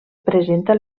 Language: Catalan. presenta